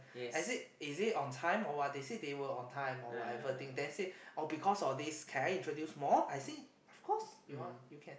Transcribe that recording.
I said is it on time or what they said they were on time or whatever I think then say oh because of this can I introduce more I say of course you are you can